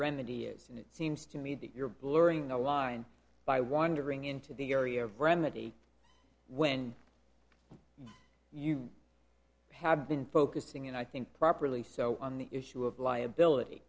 remedy is and it seems to me that you're blurring the line by wandering into the area of remedy when you have been focusing and i think properly so on the issue of liability